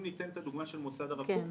אם ניתן את הדוגמה של מוסד הרב קוק,